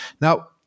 now